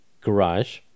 Garage